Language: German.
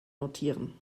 notieren